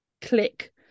click